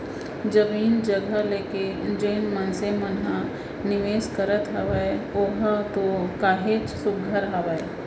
जमीन जघा लेके जेन मनसे मन ह निवेस करत हावय ओहा तो काहेच सुग्घर हावय